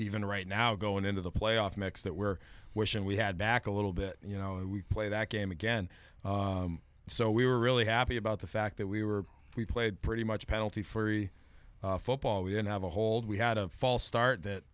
even right now going into the playoff mix that we're wishing we had back a little bit you know we play that game again so we were really happy about the fact that we were we played pretty much penalty free football we didn't have a hold we had a false start that